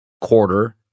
quarter